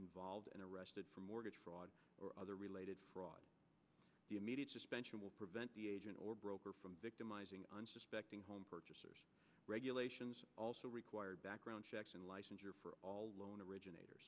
involved and arrested for mortgage fraud or other related fraud the immediate suspension will prevent the agent or broker from victimizing unsuspecting home purchasers regulations also required background checks and licensure for all loan originator